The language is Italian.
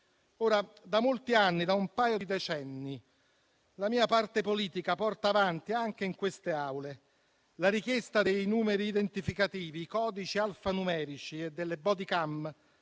come altro da sé. Da un paio di decenni la mia parte politica porta avanti anche in queste Aule la richiesta dei numeri identificativi, dei codici alfanumerici e delle *bodycam*